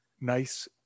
nice